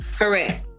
correct